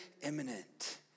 imminent